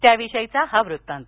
त्याविषयीचा हा वृत्तांत